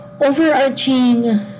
overarching